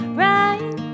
right